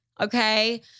okay